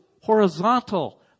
horizontal